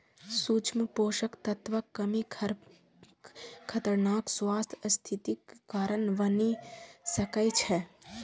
सूक्ष्म पोषक तत्वक कमी खतरनाक स्वास्थ्य स्थितिक कारण बनि सकै छै